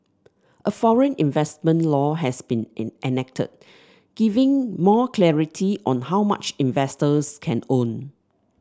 a foreign investment law has been in enacted giving more clarity on how much investors can own